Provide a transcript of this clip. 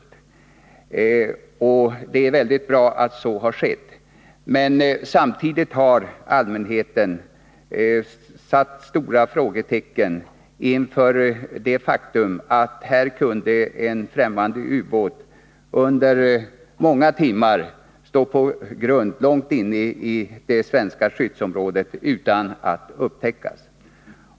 Det är mycket bra att så har skett. Men samtidigt har allmänheten satt stora frågetecken inför det faktum att en främmande ubåt under många timmar kunde stå på grund långt inne i det svenska skyddsområdet utan att upptäckas.